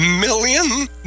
million